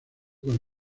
con